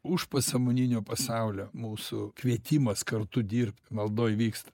užpasąmoninio pasaulio mūsų kvietimas kartu dirbt maldoj vyksta